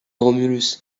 romulus